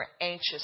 anxious